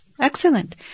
Excellent